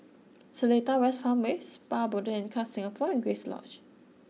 Seletar West Farmway Spa Botanica Singapore and Grace Lodge